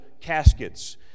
caskets